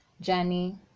journey